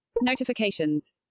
notifications